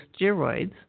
steroids